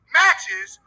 matches